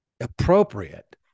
appropriate